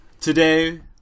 Today